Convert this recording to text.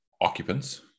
occupants